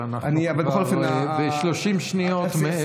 אבל אנחנו כבר ב-30 שניות מעבר.